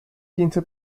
quince